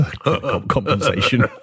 compensation